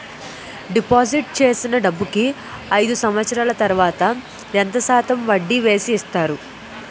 Deposit చేసిన డబ్బుకి అయిదు సంవత్సరాల తర్వాత ఎంత శాతం వడ్డీ వేసి ఇస్తారు?